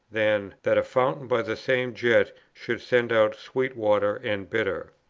than. that a fountain by the same jet should send out sweet water and bitter?